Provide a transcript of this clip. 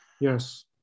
Yes